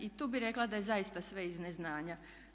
I tu bih rekla da je zaista sve iz neznanja.